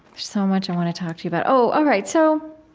so much i want to talk to you about. oh, all right, so,